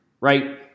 right